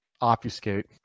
obfuscate